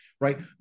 right